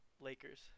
Lakers